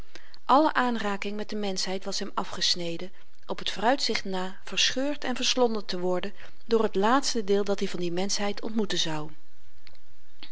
alle aanraking met de mensheid was hem afgesneden op t vooruitzicht na verscheurd en verslonden te worden door t laatste deel dat-i van die mensheid ontmoeten zou